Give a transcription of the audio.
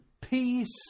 peace